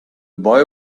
boy